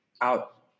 out